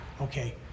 okay